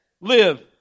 live